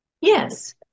Yes